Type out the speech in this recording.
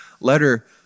letter